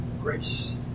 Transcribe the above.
grace